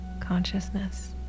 consciousness